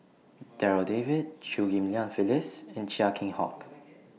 Darryl David Chew Ghim Lian Phyllis and Chia Keng Hock